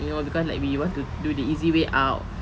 you know because like we want to do the easy way out